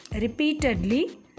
repeatedly